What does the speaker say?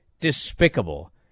despicable